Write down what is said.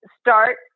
start